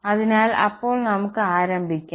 അതിനാൽ അപ്പോൾ നമുക്ക് ആരംഭിക്കാം